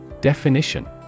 Definition